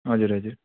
हजुर हजुर